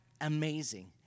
amazing